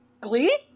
Glee